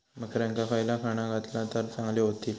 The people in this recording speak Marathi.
बकऱ्यांका खयला खाणा घातला तर चांगल्यो व्हतील?